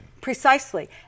Precisely